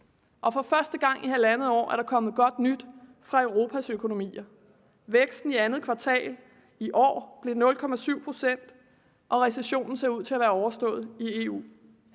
Og for første gang i halvandet år er der kommet godt nyt om Europas økonomier: Væksten i andet kvartal i år blev 0,7 pct., og recessionen i EU ser ud til at være overstået.